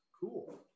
cool